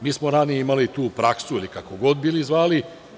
Mi smo ranije imali tu praksu ili kako god bili zvali.